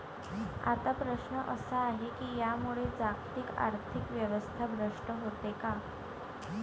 आता प्रश्न असा आहे की यामुळे जागतिक आर्थिक व्यवस्था भ्रष्ट होते का?